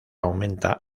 aumenta